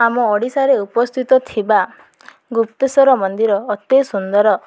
ଆମ ଓଡ଼ିଶାରେ ଉପସ୍ଥିତ ଥିବା ଗୁପ୍ତେଶ୍ୱର ମନ୍ଦିର ଅତି ସୁନ୍ଦର